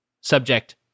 Subject